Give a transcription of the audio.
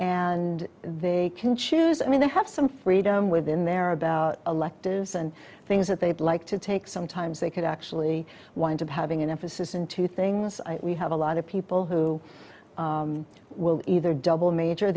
and they can choose i mean they have some freedom within there about electives and things that they'd like to take sometimes they could actually wind up having an emphasis in two things we have a lot of people who will either double major